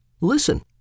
Listen